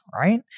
right